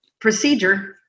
procedure